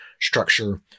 structure